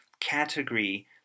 category